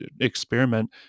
experiment